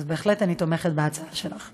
אז בהחלט, אני תומכת בהצעה שלך.